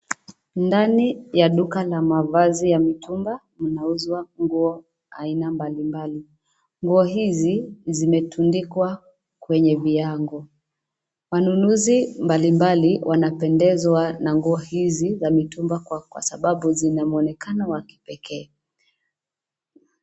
Ndani ya duka la mavazi ya mitumba mnauzwa nguo aina mbalimbali. Nguo hizi zimetundikwa kwenye viango. Wanunuzi mbalimbali wanapendezwa na nguo hizi za mitumba, kwasababu zina mwonekano wa kipekee.